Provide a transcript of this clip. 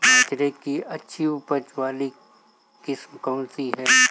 बाजरे की अच्छी उपज वाली किस्म कौनसी है?